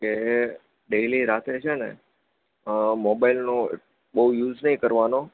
કે ડેઇલી રાત્રે છે ને મોબાઈલનો બહુ યુઝ નહીં કરવાનો